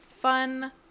fun